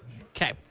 Okay